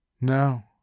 No